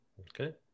Okay